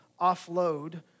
offload